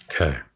Okay